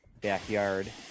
backyard